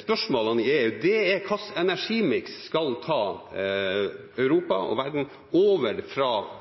spørsmålene i EU er hvilken energimiks som skal ta Europa og verden over fra